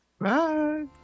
Bye